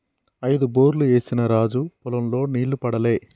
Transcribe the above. ఐదు బోర్లు ఏసిన రాజు పొలం లో నీళ్లు పడలే